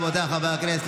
רבותיי חברי הכנסת,